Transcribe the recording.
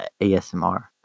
ASMR